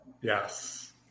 Yes